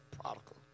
prodigal